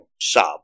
sub